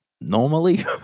Normally